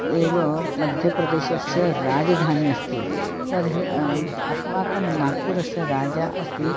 एव मध्यप्रदेशस्य राजधानी अस्ति तर्हि अस्माकं नागपुरस्य राजा अस्ति